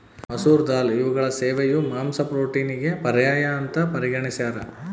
ಮಸೂರ ದಾಲ್ ಇವುಗಳ ಸೇವನೆಯು ಮಾಂಸ ಪ್ರೋಟೀನಿಗೆ ಪರ್ಯಾಯ ಅಂತ ಪರಿಗಣಿಸ್ಯಾರ